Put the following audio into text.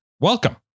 Welcome